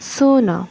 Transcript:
ଶୂନ